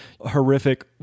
horrific